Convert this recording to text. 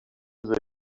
they